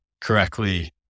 correctly